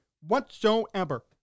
whatsoever